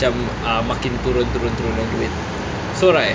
cam ah makin turun turun turun banyak duit so like